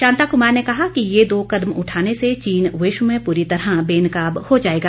शांता कुमार ने कहा कि यह दो कदम उठाने से चीन विश्व में पूरी तरह बेनकाब हो जाएगा